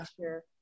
sure